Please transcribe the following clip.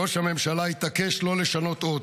ראש הממשלה התעקש לא לשנות אות.